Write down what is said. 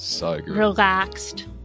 relaxed